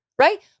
Right